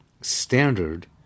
standard